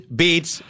beats